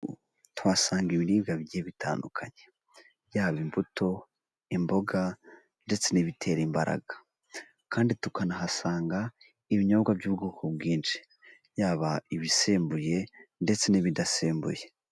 Tuhasanga ibiribwa bigiye bitandukanye byaba imbuto, imboga ndetse n'ibitera imbaraga. Kandi tukanahasanga ibinyobwa by'ubwoko bwinshi yaba ibisembuye ndetse n'ibidasembuye.